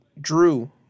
drew